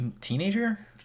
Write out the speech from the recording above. teenager